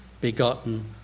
begotten